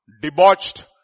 Debauched